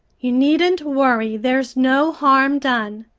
you needn't worry there's no harm done.